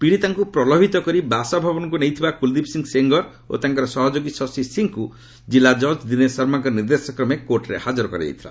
ପୀଡ଼ିତାଙ୍କୁ ପ୍ରଲୋଭିତ କରି ବାସଭବନକୁ ନେଇଥିବା କୁଲ୍ଦୀପ୍ ସିଂ ସେନ୍ଗର୍ ଓ ତାଙ୍କର ସହଯୋଗୀ ଶଶି ସିଂଙ୍କୁ ଜିଲ୍ଲା ଜଜ୍ ଦୀନେଶ୍ ଶର୍ମାଙ୍କ ନିର୍ଦ୍ଦେଶକ୍ରମେ କୋର୍ଟରେ ହାଜର କରାଯାଇଥିଲା